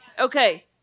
Okay